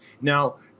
Now